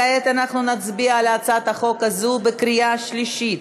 כעת אנחנו נצביע על הצעת החוק הזאת בקריאה שלישית.